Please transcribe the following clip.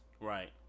Right